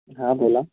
हां बोला